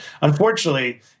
unfortunately